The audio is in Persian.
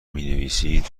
مینویسید